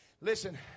Listen